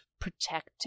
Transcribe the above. protect